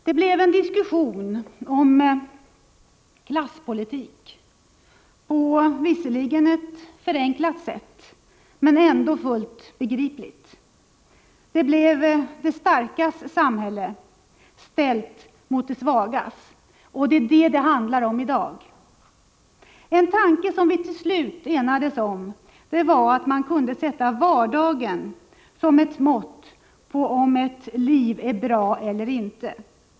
Det blev en diskussion om klasspolitik på ett visserligen förenklat men ändå fullt begripligt sätt. Det blev de starkas samhälle ställt mot de svagas. Det är detta det handlar om i dag. En tanke som vi till slut enades om var att man kunde sätta vardagen som ett mått på om ett liv är bra eller inte.